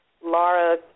Laura